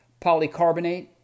polycarbonate